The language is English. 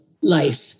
life